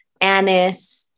anise